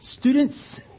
Students